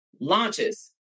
launches